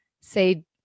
say